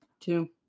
Two